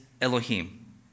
Elohim